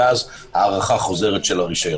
ואז הארכה חוזרת של הרישיון.